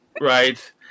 Right